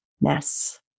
mess